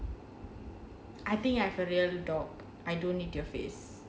I think I have a real dog I don't need your face